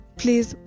please